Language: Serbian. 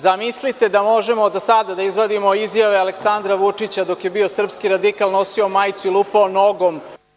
Zamislite da možemo do sada da izjavimo izjave Aleksandra Vučića dok je bio srpski radikal, nosio majicu i lupao nogom…